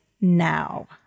now